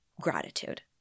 gratitude